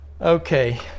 Okay